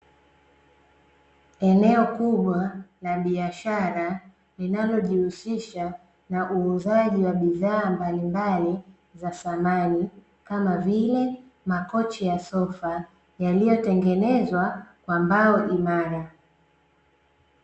Eneo kubwa la biashara linalojihusisha na uuzaji wa bidhaa mbalimbali za samani kama vile makochi ya sofa, yaliyotengenezwa kwa mbao imara.